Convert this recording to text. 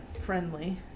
friendly